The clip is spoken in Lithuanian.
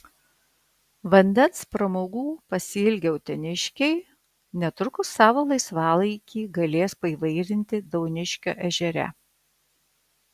vandens pramogų pasiilgę uteniškiai netrukus savo laisvalaikį galės paįvairinti dauniškio ežere